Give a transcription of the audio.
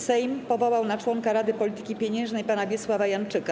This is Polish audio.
Sejm powołał na członka Rady Polityki Pieniężnej pana Wiesława Janczyka.